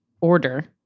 order